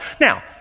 Now